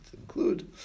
include